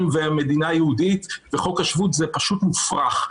ומדינה יהודית וחוק השבות זה פשוט מופרך.